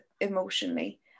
emotionally